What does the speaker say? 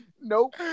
Nope